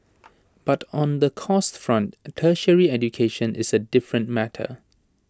but on the costs front tertiary education is A different matter